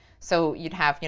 so you'd have, you